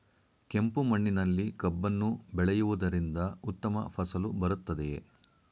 ಕೆಂಪು ಮಣ್ಣಿನಲ್ಲಿ ಕಬ್ಬನ್ನು ಬೆಳೆಯವುದರಿಂದ ಉತ್ತಮ ಫಸಲು ಬರುತ್ತದೆಯೇ?